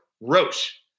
Roche